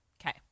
Okay